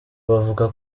bavuga